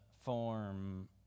form